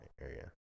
area